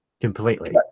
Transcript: completely